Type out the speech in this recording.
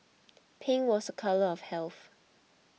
pink was a colour of health